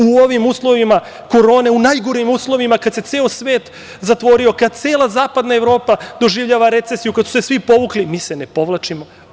U ovim uslovima korone, u najgorim uslovima, kad se ceo svet zatvorio, kad cela Zapadna Evropa doživljava recesiju, kad su svi povukli, mi se ne povlačimo.